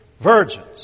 virgins